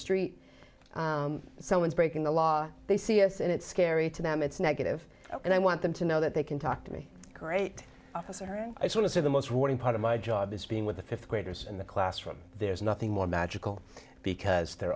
street someone's breaking the law they see us and it's scary to them it's negative and i want them to know that they can talk to me great officer and i sort of the most rewarding part of my job is being with the th graders in the classroom there's nothing more magical because they're